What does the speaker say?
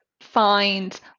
find